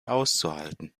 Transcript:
auszuhalten